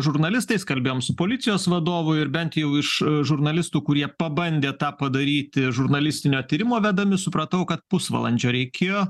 žurnalistais kalbėjom su policijos vadovu ir bent jau iš žurnalistų kurie pabandė tą padaryti žurnalistinio tyrimo vedami supratau kad pusvalandžio reikėjo